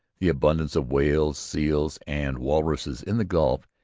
the abundance of whales, seals, and walruses in the gulf,